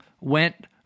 went